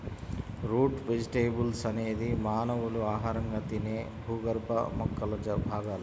route vegetables అనేది మానవులు ఆహారంగా తినే భూగర్భ మొక్కల భాగాలు